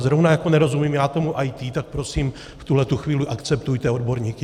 Zrovna jako nerozumím já tomu IT, tak prosím v tuhletu chvíli akceptujte odborníky.